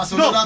no